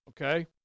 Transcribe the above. okay